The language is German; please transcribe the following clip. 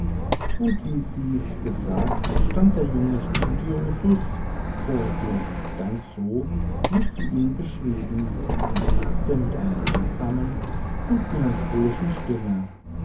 und wie sie's gesagt stand der junge studiosus vor ihr ganz so wie sie ihn beschrieben und sagte mit einer langsamen und melancholischen stimme